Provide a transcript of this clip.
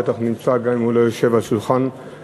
בטח נמצא גם אם הוא לא יושב ליד שולחן הממשלה,